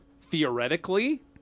theoretically